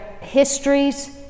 histories